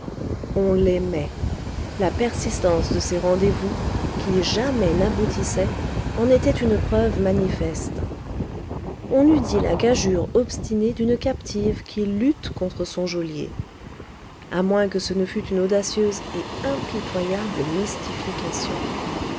on l'aimait la persistance de ces rendez-vous qui jamais n'aboutissaient en était une preuve manifeste on eût dit la gageure obstinée d'une captive qui lutte contre son geôlier a moins que ce ne fût une audacieuse et impitoyable mystification